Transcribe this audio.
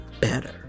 better